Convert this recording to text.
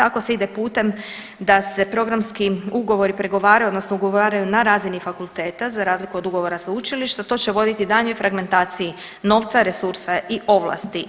Ako se ide putem da se programski ugovori pregovaraju odnosno ugovaraju na razini fakulteta za razliku od ugovora sveučilišta to će voditi daljnjoj fragmentaciji novca, resursa i ovlasti.